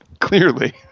Clearly